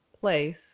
place